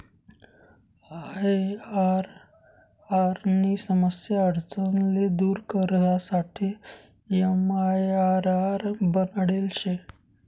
IRR नी समस्या आडचण ले दूर करासाठे एमआईआरआर बनाडेल शे